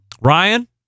Ryan